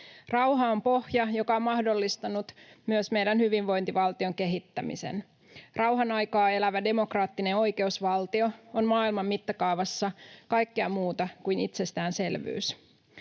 Rauha on pohja, joka on mahdollistanut myös meidän hyvinvointivaltion kehittämisen. Rauhan aikaa elävä demokraattinen oikeusvaltio on maailman mittakaavassa kaikkea muuta kuin itsestäänselvyys,